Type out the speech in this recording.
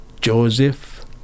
Joseph